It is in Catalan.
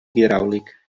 hidràulic